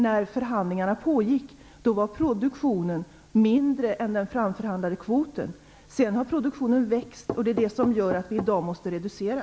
När förhandlingarna pågick var produktionen mindre än den framförhandlade kvoten. Sedan har produktionen växt. Det är det som gör att vi i dag måste reducera.